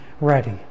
ready